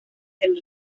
del